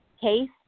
case